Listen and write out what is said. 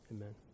amen